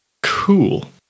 Cool